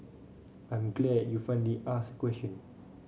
I'm glad you finally asked a question